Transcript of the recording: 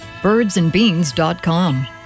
Birdsandbeans.com